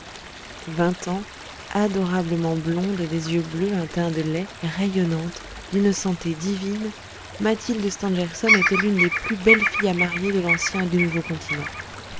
vingt ans adorablement blonde des yeux bleus un teint de lait rayonnante d'une santé divine mathilde stangerson était l'une des plus belles filles à marier de l'ancien et du nouveau continent